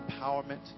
empowerment